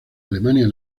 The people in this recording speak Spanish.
alemania